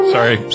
Sorry